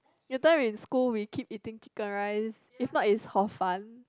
your time in school we keep eating chicken rice if not is hor fun